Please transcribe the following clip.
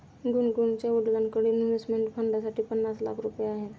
गुनगुनच्या वडिलांकडे इन्व्हेस्टमेंट फंडसाठी पन्नास लाख रुपये आहेत